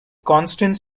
constant